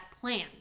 plan